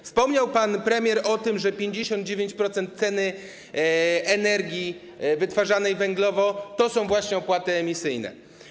Wspomniał pan premier o tym, że 59% ceny energii wytwarzanej węglowo to są właśnie opłaty emisyjne.